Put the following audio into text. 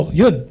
yun